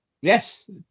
Yes